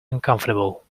uncomfortable